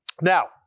Now